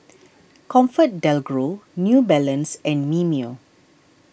ComfortDelGro New Balance and Mimeo